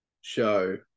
show